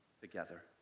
together